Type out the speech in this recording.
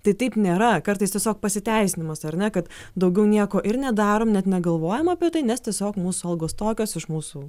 tai taip nėra kartais tiesiog pasiteisinimas ar ne kad daugiau nieko ir nedarom net negalvojam apie tai nes tiesiog mūsų algos tokios iš mūsų